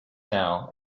now